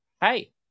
hey